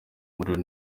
umuriro